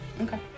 Okay